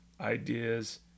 ideas